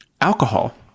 alcohol